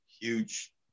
huge